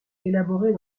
élaborées